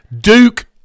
Duke